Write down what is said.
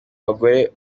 bagore